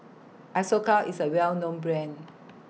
Isocal IS A Well known Brand